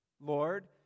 Lord